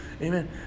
Amen